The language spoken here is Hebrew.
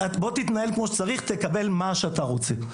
ובוא תתנהל כמו שצריך, תקבל מה שאתה רוצה.